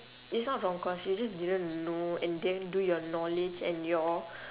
is not from course you just didn't know and didn't do your knowledge and your